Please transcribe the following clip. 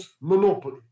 monopoly